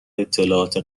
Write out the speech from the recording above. اطلاعات